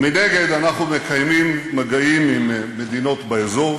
מנגד, אנחנו מקיימים מגעים עם מדינות באזור.